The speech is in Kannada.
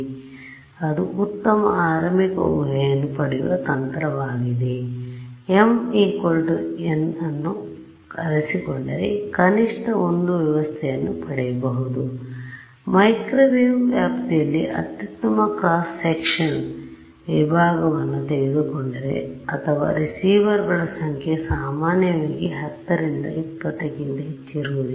ಆದ್ದರಿಂದ ಅದು ಉತ್ತಮ ಆರಂಭಿಕ ಊಹೆಯನ್ನು ಪಡೆಯುವ ತಂತ್ರವಾಗಿದೆ ಆದ್ದರಿಂದ m n ಅನ್ನು ಆರಿಸಿಕೊಂಡರೆ ಕನಿಷ್ಟ ಒಂದು ವ್ಯವಸ್ಥೆಯನ್ನು ಪಡೆಯಬಹುದು ಮೈಕ್ರೊವೇವ್ ವ್ಯಾಪ್ತಿಯಲ್ಲಿ ಅತ್ಯುತ್ತಮ ಕ್ರಾಸ್ ಸೆಕ್ಷನ್ ವಿಭಾಗವನ್ನು ತೆಗೆದುಕೊಂಡರೆ ಅಥವಾ ರಿಸೀವರ್ಗಳ ಸಂಖ್ಯೆ ಸಾಮಾನ್ಯವಾಗಿ 10 ರಿಂದ 20 ಕ್ಕಿಂತ ಹೆಚ್ಚಿರುವುದಿಲ್ಲ